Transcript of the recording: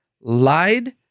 lied